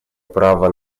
права